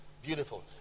Beautiful